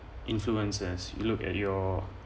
influence as you look at your